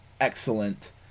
excellent